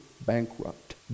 bankrupt